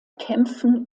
kämpfen